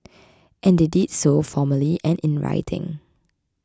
and they did so formally and in writing